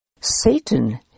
Satan